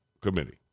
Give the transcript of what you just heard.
committee